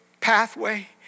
pathway